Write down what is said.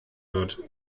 wird